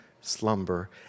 slumber